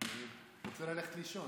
הוא רוצה ללכת לישון.